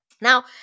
Now